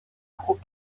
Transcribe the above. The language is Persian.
خوب